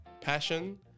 passion